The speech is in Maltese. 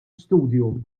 studju